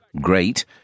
great